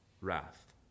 wrath